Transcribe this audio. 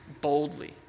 boldly